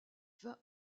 vint